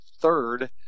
third